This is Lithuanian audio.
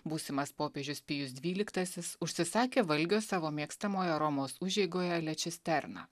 būsimas popiežius pijus dvyliktasis užsisakė valgio savo mėgstamoje romos užeigoje le čisterna